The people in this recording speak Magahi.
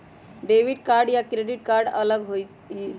डेबिट कार्ड या क्रेडिट कार्ड अलग होईछ ई?